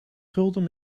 gulden